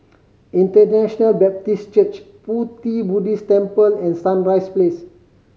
International Baptist Church Pu Ti Buddhist Temple and Sunrise Place